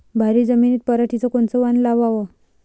भारी जमिनीत पराटीचं कोनचं वान लावाव?